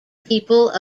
people